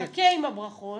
חכה עם הברכות.